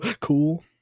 Cool